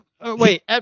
Wait